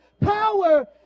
power